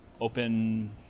open